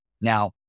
Now